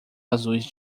azuis